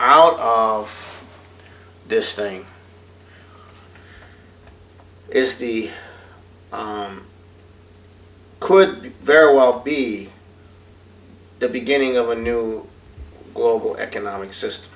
i'll of this thing is the could very well be the beginning of a new global economic system